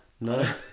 no